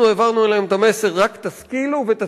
אנחנו העברנו אליהם את המסר: רק תשכילו, ותצליחו.